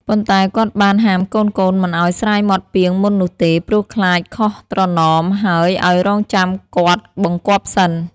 ប៉ុន្តែគាត់បានហាមកូនៗមិនឲ្យស្រាយមាត់ពាងមុននោះទេ ព្រោះខ្លាចខុសត្រណម ហើយឲ្យរង់ចាំគាត់បង្គាប់សិន។